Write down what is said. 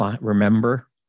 remember